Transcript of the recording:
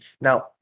Now